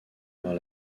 vers